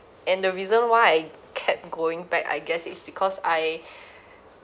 and the reason why I kept going back I guess it's because I